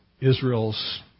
Israel's